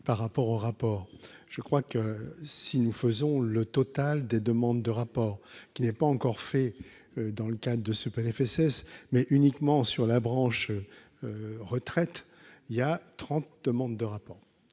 par rapport au rapport, je crois que si nous faisons le total des demandes de rapport qui n'est pas encore fait, dans le cadre de ce Plfss mais uniquement sur la branche retraite il y a demandes de rapport,